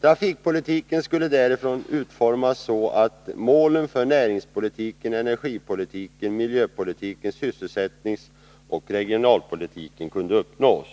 Trafikpolitiken skulle därifrån utformas så att målen för näringspolitiken, energipolitiken, miljöpolitiken, sysselsättningsoch regionalpolitiken kunde uppnås.